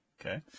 okay